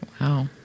Wow